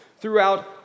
throughout